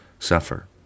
suffer